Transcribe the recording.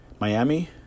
Miami